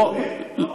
לא הרוצחים?